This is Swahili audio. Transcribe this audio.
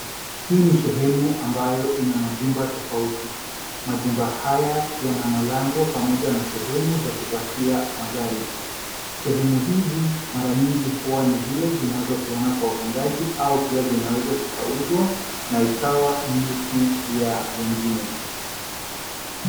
Hii ni sehemu ambayo ina majumba tofauti. Majumba haya yana malango pamoja na sehemu za kupakia magari. Sehemu hizi mara nyingi huwa ni zile zinazopeanwa kwa wapangaji au pia zinaweza zikauza na ikawa milki ya wengine.